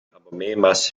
abomenas